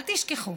אל תשכחו: